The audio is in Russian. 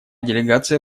делегация